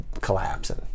collapsing